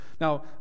Now